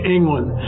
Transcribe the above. England